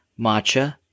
matcha